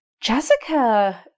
Jessica